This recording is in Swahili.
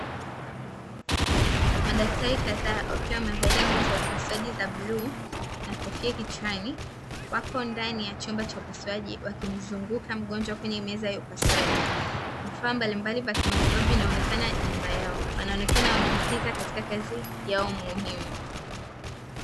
Madaktari kadhaa wakiwa wamevalia nguo za upasuaji za bluu na kofia kichwani wako ndani ya chumba cha upasuaji wakimzunguka mgonjwa kwenye meza ya upasuaji. Vifaa mbalimbali vya kimatibabu vinaonekana nyuma yao; wanaonekana wamejikita katika kazi yao muhimu.